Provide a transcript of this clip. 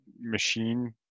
machine